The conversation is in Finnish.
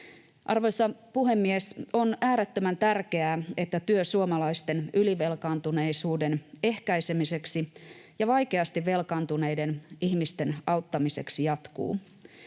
Arvoisa puhemies! On äärettömän tärkeää, että työ suomalaisten ylivelkaantuneisuuden ehkäisemiseksi ja vaikeasti velkaantuneiden ihmisten auttamiseksi jatkuu,